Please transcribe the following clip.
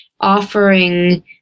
offering